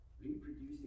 reproducing